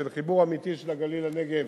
של חיבור אמיתי של הגליל לנגב,